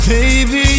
Baby